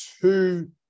two